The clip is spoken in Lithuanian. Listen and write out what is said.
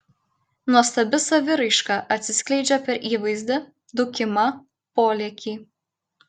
nuostabi saviraiška atsiskleidžia per įvaizdį dūkimą polėkį